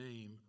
name